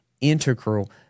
integral